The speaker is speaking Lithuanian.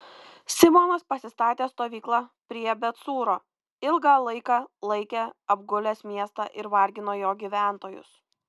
simonas pasistatė stovyklą prie bet cūro ilgą laiką laikė apgulęs miestą ir vargino jo gyventojus